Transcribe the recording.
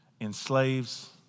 enslaves